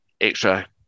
extra